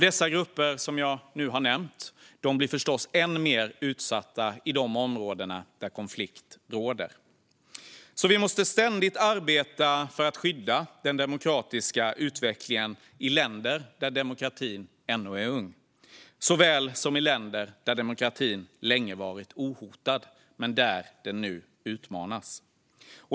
Dessa grupper som jag nu nämnt blir förstås än mer utsatta i de områden där konflikt råder. Vi måste ständigt arbeta för att skydda den demokratiska utvecklingen såväl i länder där demokratin ännu är ung som i länder där demokratin länge varit ohotad men nu utmanas.